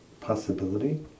possibility